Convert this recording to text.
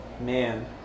Man